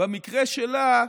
במקרה שלה,